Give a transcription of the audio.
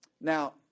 Now